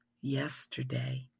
yesterday